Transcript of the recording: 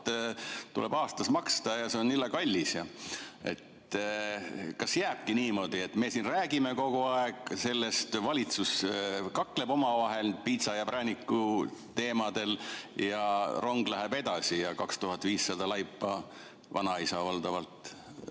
tuleb aastas maksta ja see on jõle kallis. Kas jääbki niimoodi, et me siin kogu aeg sellest räägime, valitsus kakleb omavahel piitsa ja prääniku teemadel, aga rong läheb edasi ja 2500 laipa, vanaisad valdavalt,